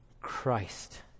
Christ